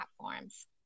platforms